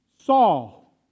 Saul